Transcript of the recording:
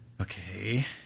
Okay